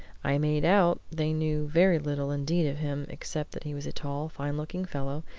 i made out they knew very little indeed of him, except that he was a tall, fine-looking fellow,